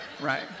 right